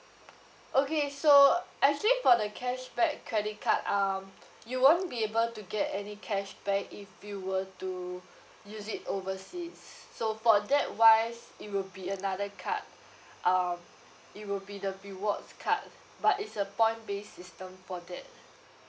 okay so actually for the cashback credit card um you won't be able to get any cashback if you were to use it overseas so for that wise it will be another card um it will be the rewards card but it's a point based system for that